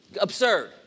absurd